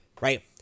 right